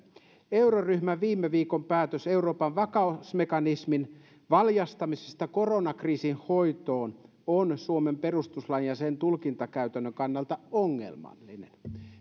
euroryhmän viime viikon päätös euroopan vakausmekanismin valjastamisesta koronakriisin hoitoon on suomen perustuslain ja sen tulkintakäytännön kannalta ongelmallinen